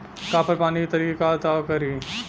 Copper पान करी त का करी?